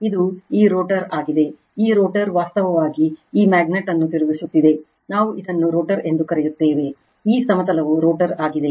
ಇದು ಈ ರೋಟರ್ ಆಗಿದೆ ಈ ರೋಟರ್ ವಾಸ್ತವವಾಗಿ ಈ ಮ್ಯಾಗ್ನೆಟ್ ಅನ್ನು ತಿರುಗಿಸುತ್ತಿದೆ ನಾವು ಇದನ್ನು ರೋಟರ್ ಎಂದು ಕರೆಯುತ್ತೇವೆ ಈ ಸಮತಲವು ರೋಟರ್ ಆಗಿದೆ